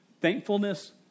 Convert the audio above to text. Thankfulness